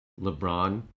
LeBron